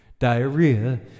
Diarrhea